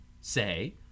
say